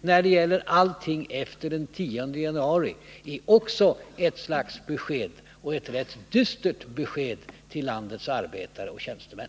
när det gäller allting efter den 10 januari är också ett slags besked — och ett rätt dystert besked — till landets arbetare och tjänstemän.